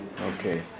okay